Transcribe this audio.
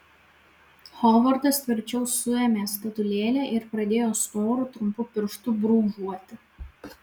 hovardas tvirčiau suėmė statulėlę ir pradėjo storu trumpu pirštu brūžuoti